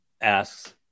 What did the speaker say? asks